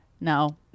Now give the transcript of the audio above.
no